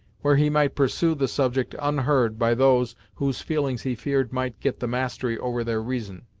where he might pursue the subject unheard by those whose feelings he feared might get the mastery over their reason.